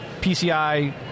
PCI